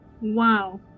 wow